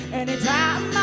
anytime